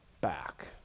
back